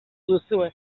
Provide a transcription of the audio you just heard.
duzue